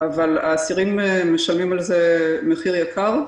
אבל האסירים משלמים על זה מחיר יקר,